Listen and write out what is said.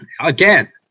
again